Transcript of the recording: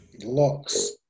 Locks